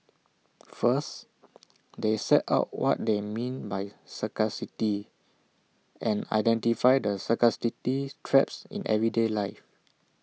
first they set out what they mean by scarcity and identify the scarcity traps in everyday life